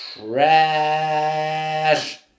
trash